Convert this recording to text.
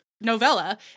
novella